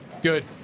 Good